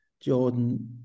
Jordan